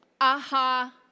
aha